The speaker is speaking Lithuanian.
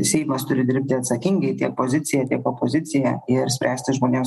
seimas turi dirbti atsakingai tiek pozicija tiek opozicija ir spręsti žmonėms